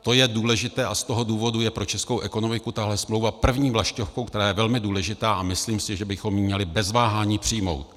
To je důležité a z toho důvodu je pro českou ekonomiku tahle smlouva první vlaštovkou, která je velmi důležitá, a myslím si, že bychom ji měli bez váhání přijmout.